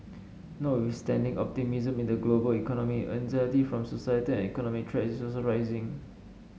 notwithstanding optimism in the global economy anxiety from societal and economic threats is also rising